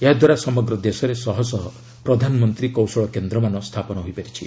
ଏହାଦ୍ୱାରା ସମଗ୍ର ଦେଶରେ ଶହଶହ ପ୍ରଧାନମନ୍ତ୍ରୀ କୌଶଳ କେନ୍ଦ୍ରମାନ ସ୍ଥାପନ ହୋଇପାରିଛି